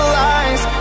lies